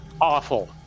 awful